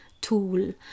tool